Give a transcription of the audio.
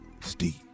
Steve